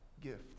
gift